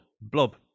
Blob